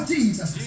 Jesus